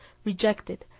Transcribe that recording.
rejected,